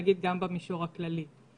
להגיד גם במישור הכללי.